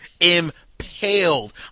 Impaled